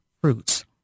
fruits